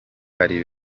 hari